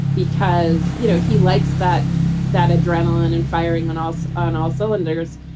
because, you know, he likes that that adrenaline and firing on us on all cylinders.